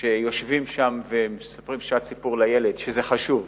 שיושבים שם ויש שעת סיפור לילד, וזה חשוב.